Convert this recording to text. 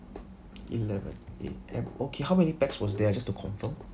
eleven A_M okay how many pax was there just to confirm